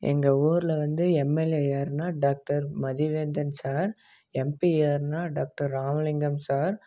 எங்கள் ஊரில் வந்து எம்எல்ஏ யாருன்னால் டாக்டர் மதிவேந்தன் சார் எம்பி யாருன்னால் டாக்டர் ராமலிங்கம் சார்